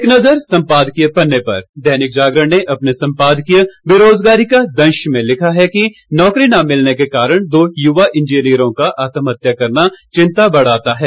एक नज़र सम्पादकीय पन्ने पर दैनिक जागरण ने अपने सम्पादकीय बेरोजगारी का दंश में लिखा है कि नौकरी न मिलने के कारण दो युवा इंजीनियरों का आत्महत्या करना चिंता बढ़ाता है